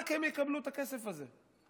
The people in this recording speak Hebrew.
רק הן יקבלו את הכסף הזה.